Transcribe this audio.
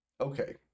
Okay